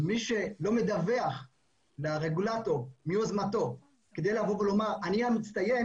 ומי שלא מדווח לרגולטור מיוזמתו כדי לבוא ולומר אני המצטיין,